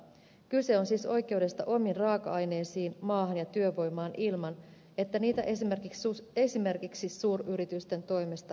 kyse on siis oikeudesta omiin raaka aineisiin maahan ja työvoimaan ilman että niitä esimerkiksi suuryritysten toimesta hyväksikäytetään